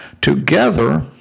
together